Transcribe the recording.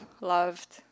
loved